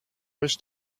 wish